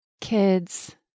kids